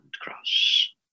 cross